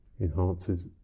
enhances